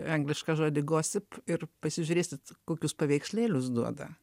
anglišką žodį gossip ir pasižiūrėkit kokius paveikslėlius duoda